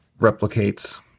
replicates